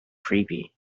creepy